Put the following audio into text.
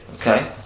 Okay